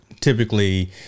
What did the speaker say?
typically